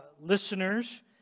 listeners